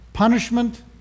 Punishment